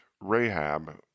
Rahab